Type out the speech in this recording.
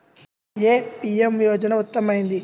ఏ PM యోజన ఉత్తమమైనది?